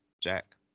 Jack